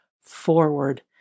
Forward